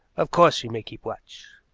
of course you may keep watch,